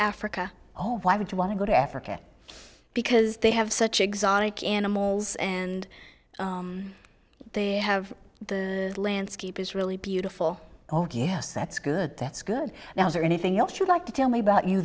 africa oh why would you want to go to africa because they have such exotic animals and they have the landscape is really beautiful oh yes that's good that's good now is there anything else you'd like to tell me about you